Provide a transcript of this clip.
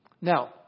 Now